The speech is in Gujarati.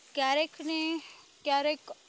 ક્યારેકને ક્યારેક